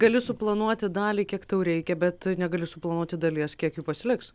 gali suplanuoti dalį kiek tau reikia bet negali suplanuoti dalies kiek jų pasiliks